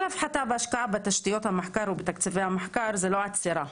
כל הפחתה בהשקעה בתשתיות המחקר ובתקציבי המחקר זו לא עצירה,